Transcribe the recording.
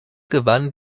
gewann